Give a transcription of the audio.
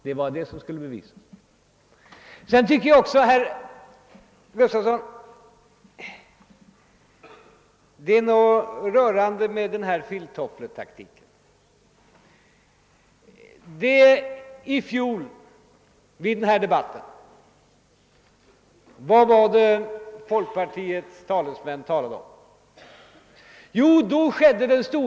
— Det var det som skulle bevisas. Jag tycker, herr Gustafson i Göteborg, att det är något rörande med denna filttoffletaktik. Vad var det folkpartiets talesmän sade i fjol vid denna debatt?